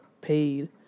paid